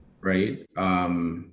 right